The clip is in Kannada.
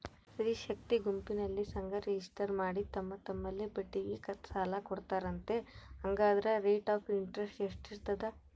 ಸ್ತ್ರೇ ಶಕ್ತಿ ಗುಂಪಿನಲ್ಲಿ ಸಂಘ ರಿಜಿಸ್ಟರ್ ಮಾಡಿ ತಮ್ಮ ತಮ್ಮಲ್ಲೇ ಬಡ್ಡಿಗೆ ಸಾಲ ಕೊಡ್ತಾರಂತೆ, ಹಂಗಾದರೆ ರೇಟ್ ಆಫ್ ಇಂಟರೆಸ್ಟ್ ಎಷ್ಟಿರ್ತದ?